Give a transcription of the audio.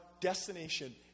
destination